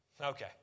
Okay